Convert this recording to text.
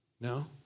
No